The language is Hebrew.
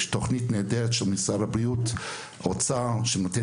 יש תוכנית נהדרת של משרד הבריאות והאוצר שנותנת